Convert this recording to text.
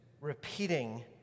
repeating